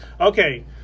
Okay